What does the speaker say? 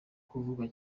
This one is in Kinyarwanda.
kuvugwa